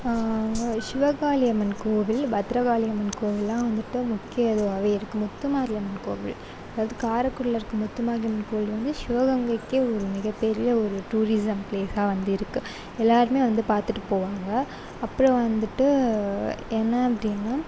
ஷிவகாளி அம்மன் கோவில் பத்ரகாளி அம்மன் கோவில்லாம் வந்துவிட்டு முக்கிய இதுவாகவே இருக்கு முத்துமாரி அம்மன் கோவில் அது காரக்குடியில் இருக்கு முத்துமாரி அம்மன் கோவில் வந்து ஷிவகங்கைக்கே ஒரு மிகப்பெரிய ஒரு டூரிஸம் ப்லேஸாக வந்து இருக்கு எல்லாருமே வந்து பார்த்துட்டு போவாங்க அப்புறோம் வந்துவிட்டு என்ன அப்படின்னா